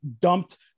dumped